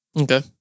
Okay